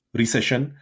recession